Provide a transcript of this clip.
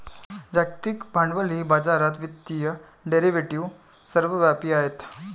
जागतिक भांडवली बाजारात वित्तीय डेरिव्हेटिव्ह सर्वव्यापी आहेत